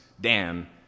Dan